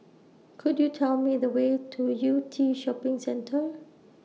Could YOU Tell Me The Way to Yew Tee Shopping Centre